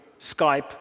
skype